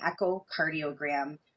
echocardiogram